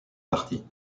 parties